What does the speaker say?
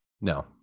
No